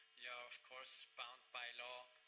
yeah of course, bound by law.